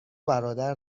برادر